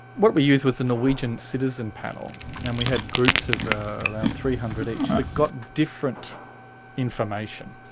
what we used was the norwegian citizen panel and we had groups of around three hundred each that got different information.